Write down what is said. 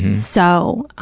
so,